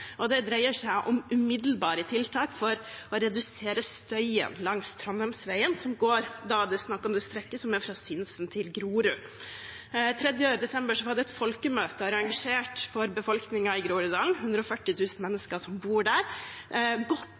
Det dreier seg om umiddelbare tiltak for å redusere støyen langs Trondheimsveien. Det er da snakk om strekket som går fra Sinsen til Grorud. Den 3. desember ble det arrangert et folkemøte for befolkningen i Groruddalen. Det er 140 000 mennesker som bor der, og det var godt